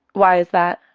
why is that?